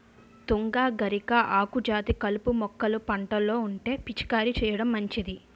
తుంగ, గరిక, ఆకుజాతి కలుపు మొక్కలు పంటలో ఉంటే పిచికారీ చేయడం మంచిది